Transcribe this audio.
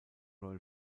royal